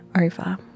over